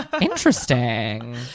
Interesting